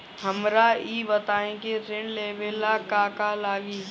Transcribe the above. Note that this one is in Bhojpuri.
हमरा ई बताई की ऋण लेवे ला का का लागी?